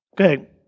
Okay